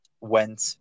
went